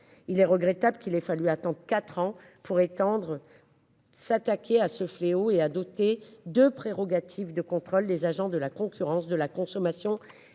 Il est regrettable qu'il ait fallu attendre 4 ans pour étendre. S'attaquer à ce fléau et a doté de prérogatives de contrôle des agents de la concurrence de la consommation